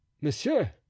monsieur